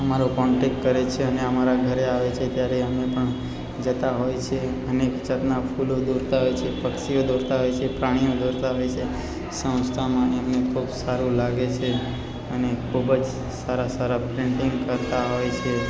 અમારો કોન્ટેક્ટ કરે છે અને અમારા ઘરે આવે છે ત્યારે અમે પણ જતા હોય છે અનેક જાતનાં ફૂલો દોરતાં હોય છે પક્ષીઓ દોરતા હોય છે પ્રાણીઓ દોરતા હોય સંસ્થામાં એમને ખૂબ સારું લાગે છે અને ખૂબ જ સારા સારા પેન્ટિંગ કરતા હોય છે